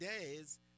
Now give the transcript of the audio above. days